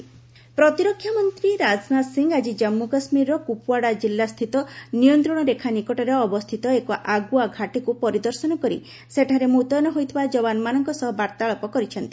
Rajnath visit ପ୍ରତିରକ୍ଷା ମନ୍ତ୍ରୀ ରାଜନାଥ ସିଂହ ଆଜି କାଶ୍ମୁ କାଶ୍ମୀରର କୁପୁୱାଡା ଜିଲ୍ଲା ସ୍ଥିତ ନିୟନ୍ତ୍ରଣ ରେଖା ନିକଟରେ ଅବସ୍ଥିତ ଏକ ଆଗୁଆ ଘାଟିକୁ ପରିଦର୍ଶନ କରି ସେଠାରେ ମୁତୟନ ହୋଇଥିବା ଯବାନମାନଙ୍କ ସହ ବାର୍ତ୍ତାଳାପ କରିଛନ୍ତି